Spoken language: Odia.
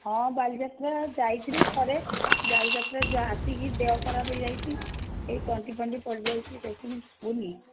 ହଁ ବାଲିଯାତ୍ରା ଯାଇଥିଲି ଥରେ ବାଲିଯାତ୍ରା ଆସିକି ଦେହ ଖରାପ ହେଇଯାଇଛି ଏଇ ତଣ୍ଟି ଫଣ୍ଟି ପଡ଼ିଯାଇଛି ଦେଖୁନୁ ଶୁଭୁନି